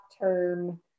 term